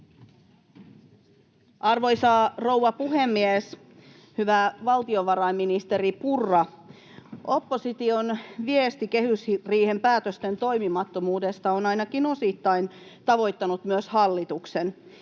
Arvoisa rouva puhemies! Hyvä valtiovarainministeri Purra, opposition viesti kehysriihen päätösten toimimattomuudesta on ainakin osittain tavoittanut myös hallituksen.